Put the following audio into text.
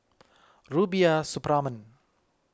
Rubiah Suparman